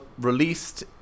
released